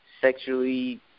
sexually